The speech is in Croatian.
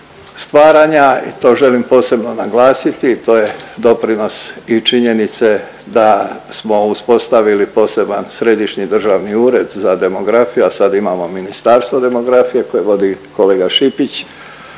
stvaranja i to želim posebno naglasiti, to je doprinos i činjenice da smo uspostavili poseban Središnji državni ured za demografiju, a sad imamo Ministarstvo demografije koje vodi kolega Šipić,